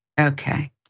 Okay